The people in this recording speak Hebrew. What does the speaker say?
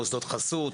מוסדות חסות,